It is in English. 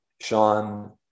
Sean